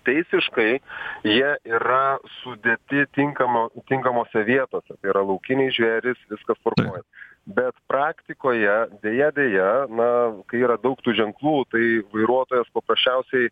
teisiškai jie yra sudėti tinkamo tinkamose vietose tai yra laukiniai žvėrys viskas tvarkoj bet praktikoje deja deja na kai yra daug tų ženklų tai vairuotojas paprasčiausiai